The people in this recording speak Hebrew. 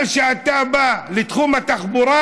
אבל כשאתה בא לתחום התחבורה,